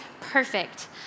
perfect